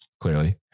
Clearly